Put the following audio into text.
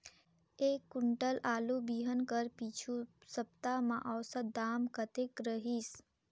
एक कुंटल आलू बिहान कर पिछू सप्ता म औसत दाम कतेक रहिस?